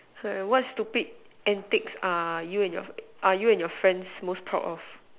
sorry what stupid antics are you and your friends most proud of